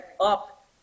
up